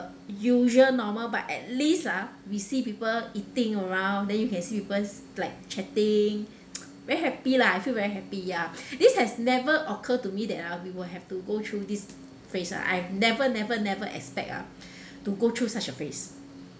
usual normal but at least ah we see people eating around then you can see people like chatting very happy lah I feel very happy ya this has never occur to me that ah we will have to go through this phase ah I've never never never expect ah to go through such a phase